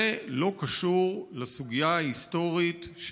זה לא קשור לסוגיה ההיסטורית,